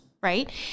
right